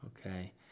Okay